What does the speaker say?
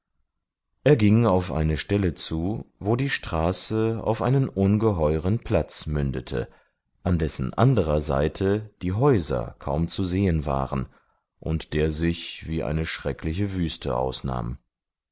er ging auf eine stelle zu wo die straße auf einen ungeheuren platz mündete an dessen anderer seite die häuser kaum zu sehen waren und der sich wie eine schreckliche wüste ausnahm